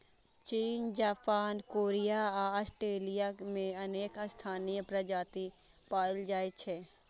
चीन, Japan, Korea आ Australia मे अनेक स्थानीय प्रजाति पाएल जाइ छै